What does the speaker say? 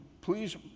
please